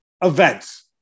events